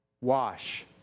wash